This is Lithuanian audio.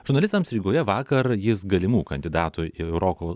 žurnalistams rygoje vakar jis galimų kandidatų į roko